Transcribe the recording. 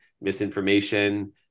misinformation